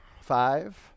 Five